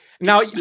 now